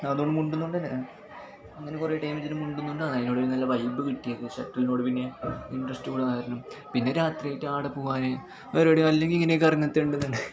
അത് മിണ്ടുന്നതു കൊണ്ടു തന്നെ അങ്ങനെ കുറേ ടീമിനോട് മിണ്ടുന്നതു കൊണ്ടാണ് അതിനോടൊരു നല്ല വൈബ്ബ് കിട്ടിയപ്പം ഷട്ടിലിനോട് പിന്നെ ഇൻട്രസ്റ്റ് കൂടാൻ കാരണം പിന്നെ രാത്രിയിലത്തെ അവിടെ പോകാൻ വേറെ എവിടെയും അല്ലെങ്കിൽ ഇങ്ങനെയൊക്കെ ഇറങ്ങത്തുണ്ടെന്നുണ്ട്